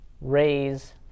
raise